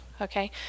okay